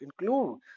include